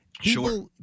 Sure